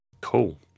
cool